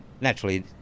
Naturally